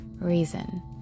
reason